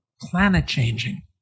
planet-changing